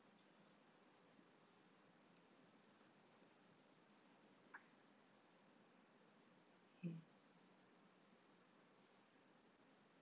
mm